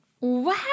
Wow